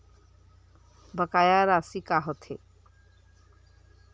बकाया राशि का होथे?